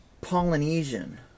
Polynesian